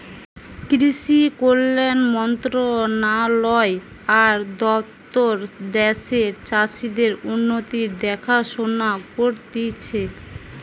কৃষি কল্যাণ মন্ত্রণালয় আর দপ্তর দ্যাশের চাষীদের উন্নতির দেখাশোনা করতিছে